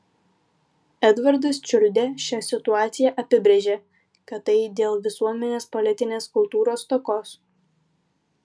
edvardas čiuldė šią situaciją apibrėžė kad tai dėl visuomenės politinės kultūros stokos